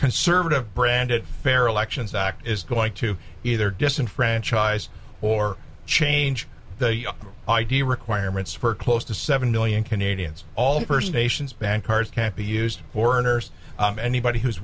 conservative branded fair elections act is going to either disenfranchise or change the id requirements for close to seven million canadians all first nations ban cars can't be used foreigners anybody who's